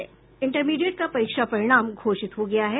intermediate का परीक्षा परिणाम घोषित हो गया है